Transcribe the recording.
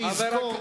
שיזכור,